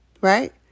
right